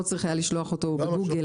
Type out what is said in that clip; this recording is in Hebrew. לא צריך היה לשלוח אותו בגוגל.